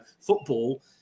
football